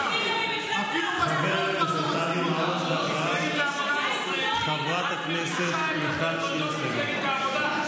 אבי מעוז, ואחריו, חברת הכנסת מיכל שיר סגמן.